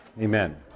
Amen